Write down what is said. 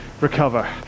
recover